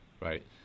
right